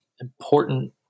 important